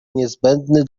niezbędny